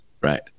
Right